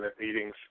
meetings